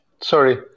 sorry